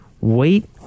Wait